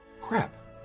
crap